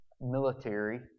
military